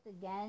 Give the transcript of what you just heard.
again